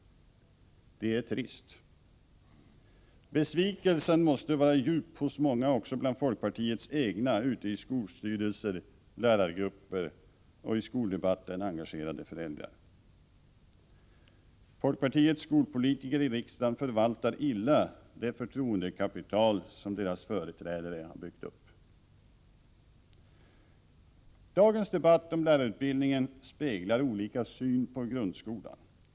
Det är trist. Besvikelsen måste vara djup hos många också bland folkpartiets egna ute i skolstyrelser, lärargrupper och i skoldebatten engagerade föräldrar. Folkpartiets skolpolitiker i riksdagen förvaltar illa det förtroendekapital som deras företrädare byggt upp. Dagens debatt om lärarutbildningen speglar olika syn på grundskolan.